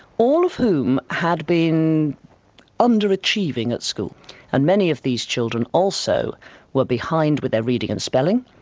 all of whom had been under-achieving at school and many of these children also were behind with their reading and spelling.